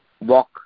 Walk